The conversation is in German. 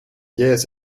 jähes